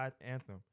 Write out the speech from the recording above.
Anthem